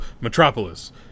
Metropolis